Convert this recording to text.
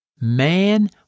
Man